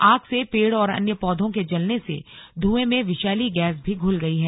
आग से पेड़ और अन्य पौधों के जलने से धुएं में विषैली गैस भी घुल गई है